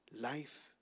life